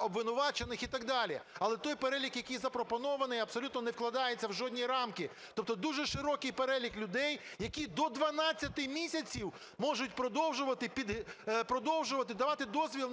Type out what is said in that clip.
обвинувачених і так далі. Але той перелік, який запропонований, абсолютно не вкладається в жодні рамки. Тобто дуже широкий перелік людей, які до 12 місяців можуть продовжувати, давати дозвіл на